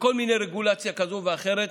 וכל מיני רגולציות כאלה ואחרות